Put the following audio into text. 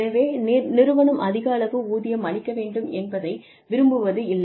எனவே நிறுவனம் அதிக அளவு ஊதியம் அளிக்க வேண்டும் என்பதை விரும்புவதில்லை